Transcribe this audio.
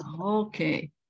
Okay